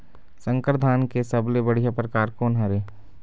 संकर धान के सबले बढ़िया परकार कोन हर ये?